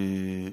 מיגוניות,